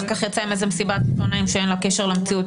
אחר כך יצא עם איזו מסיבת עיתונאים שאין לה קשר למציאות